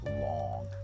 long